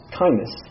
kindness